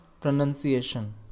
pronunciation